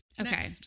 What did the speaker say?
okay